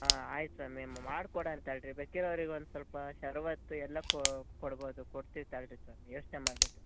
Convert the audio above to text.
ಹಾಂ ಆಯ್ತು ಸ್ವಾಮಿ ಮಾಡ್ಕೊಡಣ ತಡಿರಿ ಬೇಕಿದ್ರವ್ರಿಗೆ ಒಂದು ಸ್ವಲ್ಪ ಶರ್ಬತ್ತು ಎಲ್ಲ ಕೊಡ್ಬೋದು ಕೊಡ್ತಿವಿ ತಾಳರಿ ಸ್ವಾಮಿ ಯೋಚನೆ ಮಾಡಬೇಡ್ರಿ